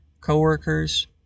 co-workers